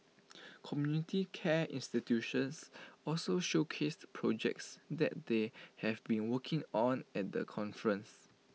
community care institutions also showcased projects that they have been working on at the conference